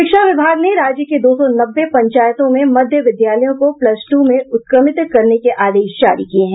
शिक्षा विभाग ने राज्य के दो सौ नब्बे पंचायतों में मध्य विद्यालयों को प्लस ट्र में उत्क्रमित करने के आदेश जारी किये हैं